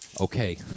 okay